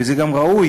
וזה גם ראוי,